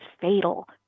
fatal